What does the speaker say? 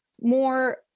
more